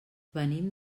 venim